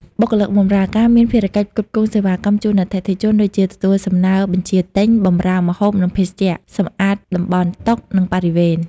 បុគ្គលិកបម្រើការ មានភារកិច្ចផ្គត់ផ្គង់សេវាកម្មជូនអតិថិជន ដូចជា ទទួលសំណើបញ្ជាទិញ បម្រើម្ហូប និងភេសជ្ជៈ សម្អាតតំបន់តុ និងបរិវេណ។